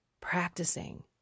practicing